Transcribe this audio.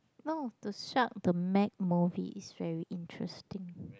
no the shark the mag movie is very interesting